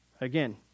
Again